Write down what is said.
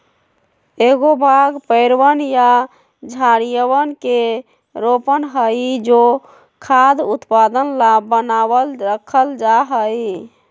एगो बाग पेड़वन या झाड़ियवन के रोपण हई जो खाद्य उत्पादन ला बनावल रखल जाहई